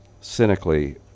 cynically